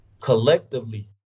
collectively